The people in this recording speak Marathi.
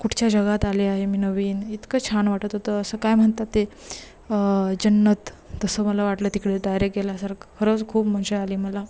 कुठच्या जगात आले आहे मी नवीन इतकं छान वाटत होतं असं काय म्हणतात ते जन्नत तसं मला वाटलं तिकडे डायरेक गेल्यासारखं खरंच खूप मजा आली मला